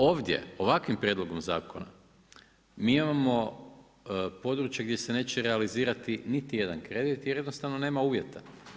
Ovdje, ovakvim prijedlogom zakona, mi imamo područje gdje se neće realizirati niti jedan kredit jer jednostavno nema uvjeta.